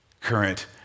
current